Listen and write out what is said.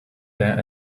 there